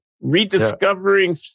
Rediscovering